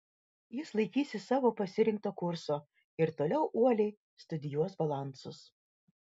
jis laikysis savo pasirinkto kurso ir toliau uoliai studijuos balansus